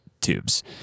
tubes